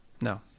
No